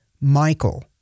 Michael